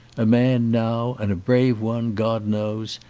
a man now and a brave one, god knows,